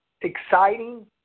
exciting